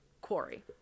quarry